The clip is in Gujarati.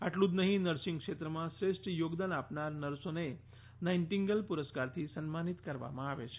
આટલું જ નહીં નર્સિંગ ક્ષેત્રમાં શ્રેષ્ઠ યોગદાન આપનાર નર્સોને નાઈટિંગેલ પુરસ્કારથી સમ્માનિત કરવામાં આવે છે